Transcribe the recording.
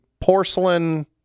porcelain